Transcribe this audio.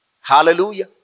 Hallelujah